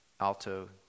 alto